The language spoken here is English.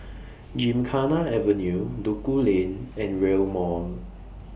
Gymkhana Avenue Duku Lane and Rail Mall